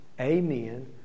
amen